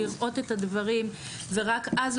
לראות את הדברים ורק אז,